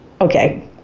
Okay